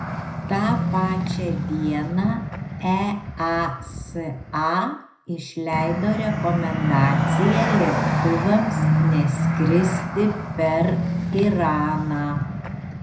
tą pačią dieną easa išleido rekomendaciją lėktuvams neskristi per iraną